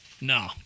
No